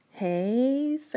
Hey